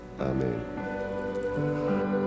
Amen